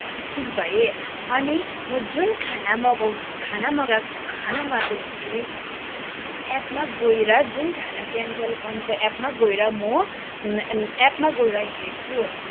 इच्छुक भएँ अनि म जुन खाना मगाउँ खाना मगा खाना मगा एपमा गएर जुन खाना क्यान्सल गर्नुको एपमा गएर म एपमा गएर हेर्छु